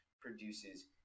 produces